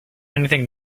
anything